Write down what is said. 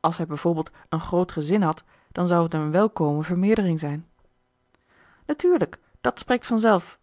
als hij bijvoorbeeld een groot gezin had dan zou het een welkome vermeerdering zijn natuurlijk dat spreekt vanzelf